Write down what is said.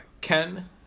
Ken